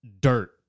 dirt